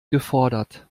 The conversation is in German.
gefordert